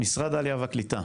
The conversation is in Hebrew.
משרד העלייה והקליטה.